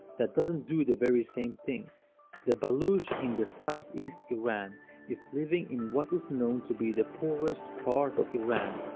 that doesn't do the very same thing the balochian people in the southeast iran is living in what is known to be the poorest part of iran.